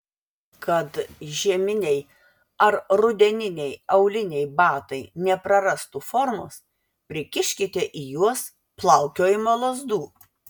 kad žieminiai ar rudeniniai auliniai batai neprarastų formos prikiškite į juos plaukiojimo lazdų